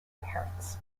parents